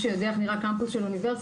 מי שיודע איך נראה קמפוס של אוניברסיטה,